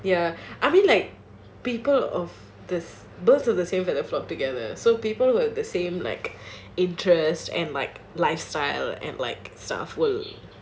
ya I mean like people of this both of the same feather flock together so people who have the same like interest and like lifestyle and like soft wood